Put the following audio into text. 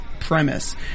premise